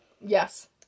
yes